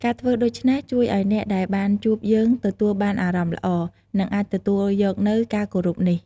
ការធ្វើដូច្នេះជួយឲ្យអ្នកដែលបានជួបយើងទទួលបានអារម្មណ៍ល្អ និងអាចទទួលយកនូវការគោរពនេះ។